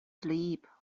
sleep